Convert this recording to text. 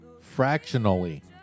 Fractionally